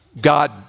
God